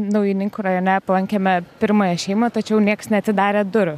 naujininkų rajone aplankėme pirmąją šeimą tačiau nieks neatidarė durų